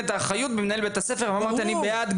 את האחריות אצל מנהל בית הספר וזה מעולה.